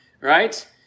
right